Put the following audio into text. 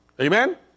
amen